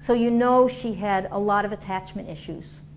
so you know she had a lot of attachment issues